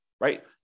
right